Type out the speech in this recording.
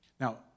Now